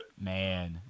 Man